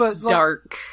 dark